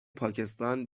پاکستان